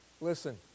Listen